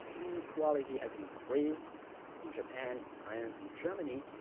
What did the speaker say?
inequality has increased in japan, in france, in germany,